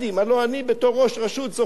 הלוא אני בתור ראש רשות זוכר,